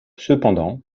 cependant